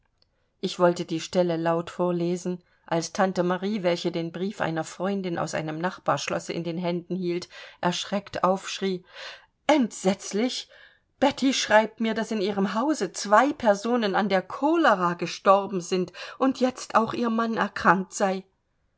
ich wollte die stelle laut vorlesen als tante marie welche den brief einer freundin aus einem nachbarschlosse in händen hielt erschreckt aufschrie entsetzlich betti schreibt mir daß in ihrem hause zwei personen an der cholera gestorben sind und jetzt auch ihr mann erkrankt sei